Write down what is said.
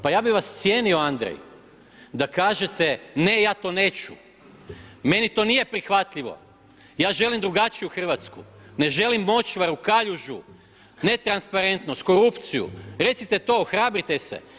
Pa ja bih vas cijenio Andrej da kažete ne, ja to neću, meni to nije prihvatljivo, ja želim drugačiju Hrvatsku, ne želim močvaru, kaljužu, netransparentnost, korupciju, recite to, ohrabrite se.